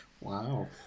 Wow